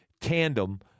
tandem